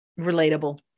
relatable